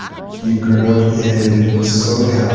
you grew up in socal,